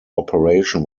operation